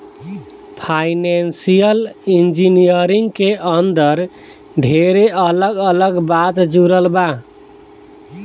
financial engineering के अंदर ढेरे अलग अलग बात जुड़ल बा